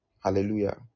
Hallelujah